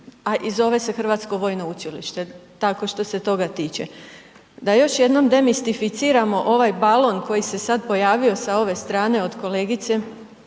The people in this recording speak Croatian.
a i zove se Hrvatsko vojno učilište. Tako što se toga tiče. Da još jednom demistificiramo ovaj balon koji se sad pojavio sa ove strane od kolegice